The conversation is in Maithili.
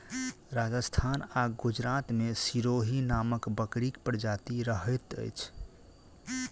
राजस्थान आ गुजरात मे सिरोही नामक बकरीक प्रजाति रहैत अछि